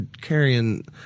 carrying